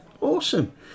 Awesome